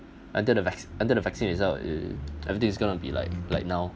until the van~ until the vaccine is out everything is going to be like like now